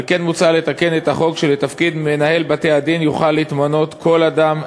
על כן מוצע לתקן את החוק כך שלתפקיד מנהל בתי-הדין יוכל להתמנות כל אדם,